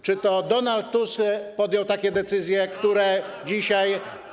Czy to Donald Tusk podjął takie decyzje, które dzisiaj.